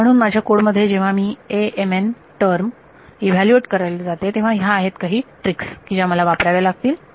म्हणून माझ्या कोड मध्ये जेव्हा मी टर्म ईव्हॅल्यूएट करायला जाते तेव्हा ह्या आहेत काही ट्रिक्स की ज्या मला वापराव्या लागतील